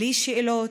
בלי שאלות,